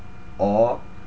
or